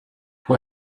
who